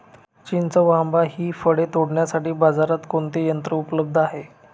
चिंच व आंबा हि फळे तोडण्यासाठी बाजारात कोणते यंत्र उपलब्ध आहे?